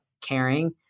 caring